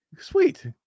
Sweet